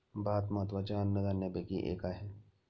भात महत्त्वाच्या अन्नधान्यापैकी एक आहे